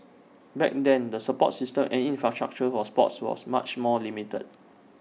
back then the support system and infrastructure for sports was much more limited